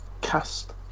cast